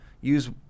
use